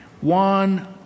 One